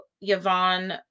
Yvonne